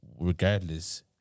regardless